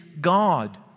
God